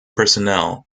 personnel